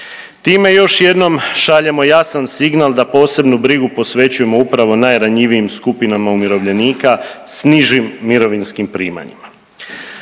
Time još jednom šaljemo jasan signal da posebnu brigu posvećujemo upravo najranjivijim skupinama umirovljenika s nižim mirovinskim primanjima.